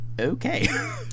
Okay